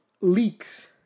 leaks